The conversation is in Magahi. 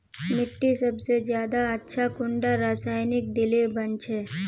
मिट्टी सबसे ज्यादा अच्छा कुंडा रासायनिक दिले बन छै?